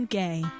gay